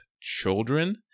children